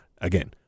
again